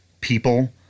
people